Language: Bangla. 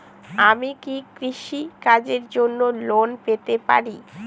আমি কি কৃষি কাজের জন্য লোন পেতে পারি?